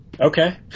Okay